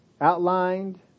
Outlined